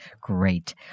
Great